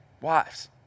wives